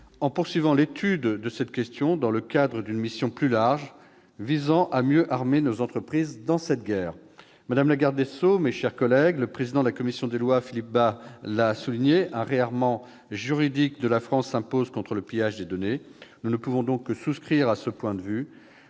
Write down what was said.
de poursuivre l'étude de cette question dans le cadre d'une mission plus large, visant à mieux armer encore nos entreprises dans cette guerre. Madame la garde des sceaux, mes chers collègues, le président de la commission des lois, Philippe Bas, l'a souligné :« un réarmement juridique de la France s'impose contre le pillage des données !» Nous ne pouvons que souscrire à ce point de vue.